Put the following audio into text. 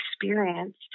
experience